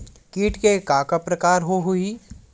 कीट के का का प्रकार हो होही?